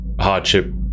hardship